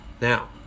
Now